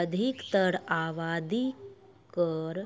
अधिकतर आवादी कर